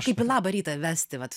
kaip į labą rytą vesti vat